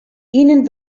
ihnen